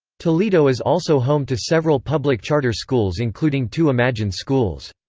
toledo is also home to several public charter schools including two imagine schools.